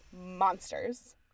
monsters